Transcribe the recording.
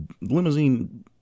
limousine